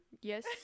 Yes